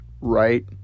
right